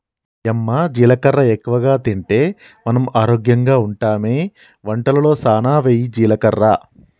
యమ్మ జీలకర్ర ఎక్కువగా తింటే మనం ఆరోగ్యంగా ఉంటామె వంటలలో సానా వెయ్యి జీలకర్ర